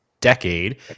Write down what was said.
decade